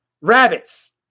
Rabbits